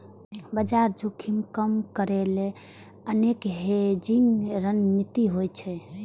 बाजार जोखिम कम करै लेल अनेक हेजिंग रणनीति होइ छै